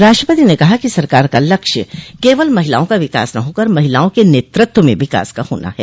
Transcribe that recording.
राष्ट्रपति ने कहा कि सरकार का लक्ष्य केवल महिलाओं का विकास न होकर महिलाओं के नेतृत्व में विकास का होना है